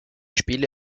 spiele